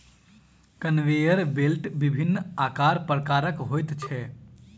conveyor belt विभिन्न आकार प्रकारक होइत छै